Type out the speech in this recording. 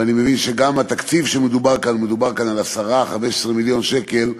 ואני מבין שגם התקציב המדובר מדובר כאן על 10 15 מיליון שקלים,